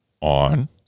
On